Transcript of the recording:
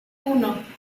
uno